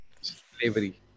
Slavery